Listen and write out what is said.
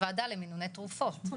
למינוני תרופות.